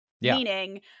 meaning